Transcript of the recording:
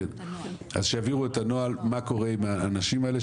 אז שיעבירו את הנוהל מה קורה עם האנשים האלה,